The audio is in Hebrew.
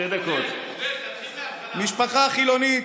משפחה חילונית,